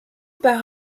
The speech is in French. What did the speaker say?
par